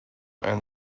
and